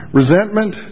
resentment